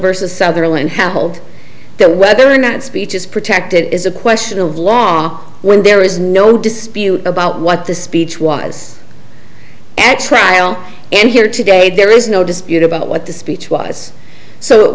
versus sutherland household the whether in that speech is protected is a question of law when there is no dispute about what the speech was at trial and here today there is no dispute about what the speech was so it